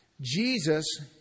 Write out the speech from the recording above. Jesus